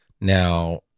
Now